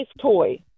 toy